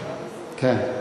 כן.